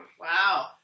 Wow